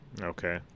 Okay